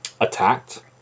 attacked